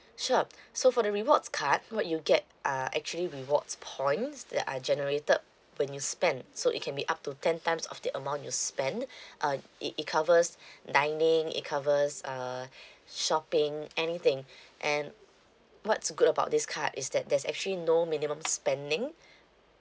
sure so for the rewards card what you get uh actually rewards points that are generated when you spend so it can be up to ten times of the amount you spend uh it it covers dining it covers uh shopping anything and what's good about this card is that there's actually no minimum spending